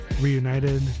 Reunited